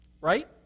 Right